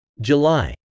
July